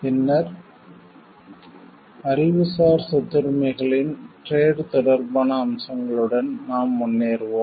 பின்னர் அறிவுசார் சொத்துரிமைகளின் டிரேட் வர்த்தகம் தொடர்பான அம்சங்களுடன் நாம் முன்னேறுவோம்